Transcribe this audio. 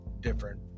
different